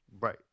Right